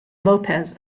lopez